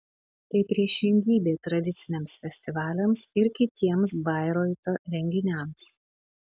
tai priešingybė tradiciniams festivaliams ir kitiems bairoito renginiams